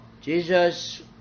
Jesus